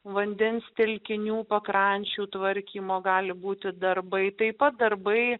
vandens telkinių pakrančių tvarkymo gali būti darbai taip pat darbai